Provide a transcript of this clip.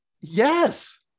Yes